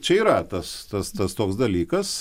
čia yra tas tas tas toks dalykas